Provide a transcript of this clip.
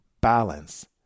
balance